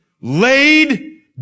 laid